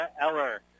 Eller